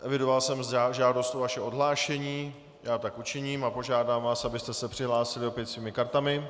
Evidoval jsem žádost o vaše odhlášení, já tak učiním a požádám vás, abyste se přihlásili opět svými kartami.